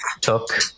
took